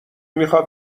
میخاد